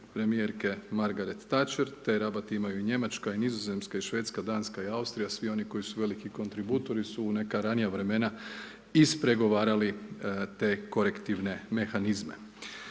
premijerke Margaret Tacher, taj rabat imaju i Njemačka, i Nizozemska, i Švedska, Danska i Austrija, svi oni koji su veliki kontributori su u neka ranija vremena ispregovarali te korektivne mehanizme.